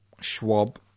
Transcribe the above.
Schwab